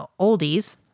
oldies